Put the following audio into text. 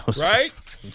Right